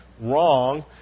wrong